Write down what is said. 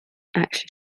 actually